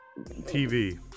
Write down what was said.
TV